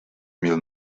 mil